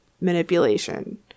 manipulation